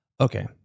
Okay